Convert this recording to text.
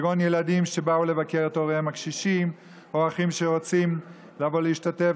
כגון ילדים שבאו לבקר את הוריהם הקשישים או אחים שרוצים לבוא להשתתף